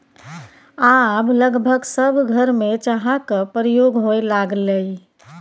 आब लगभग सभ घरमे चाहक प्रयोग होए लागलै